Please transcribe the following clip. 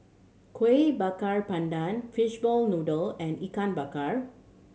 Kuih Bakar Pandan fishball noodle and Ikan Bakar